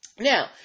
Now